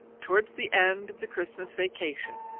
towards the end of the christmas vacation.